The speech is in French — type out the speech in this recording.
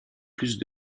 plus